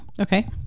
Okay